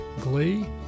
Glee